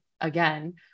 again